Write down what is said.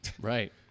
Right